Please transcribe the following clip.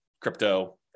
crypto